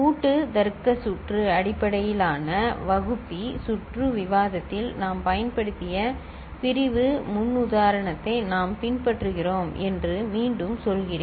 கூட்டு தர்க்க சுற்று அடிப்படையிலான வகுப்பி சுற்று விவாதத்தில் நாம் பயன்படுத்திய பிரிவு முன்னுதாரணத்தை நாம் பின்பற்றுகிறோம் என்று மீண்டும் சொல்கிறேன்